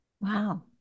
Wow